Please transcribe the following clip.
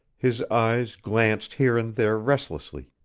his eyes glanced here and there restlessly,